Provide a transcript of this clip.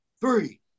three